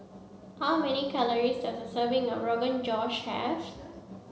how many calories does a serving of Rogan Josh have